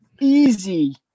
Easy